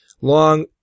long